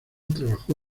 trabajó